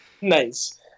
Nice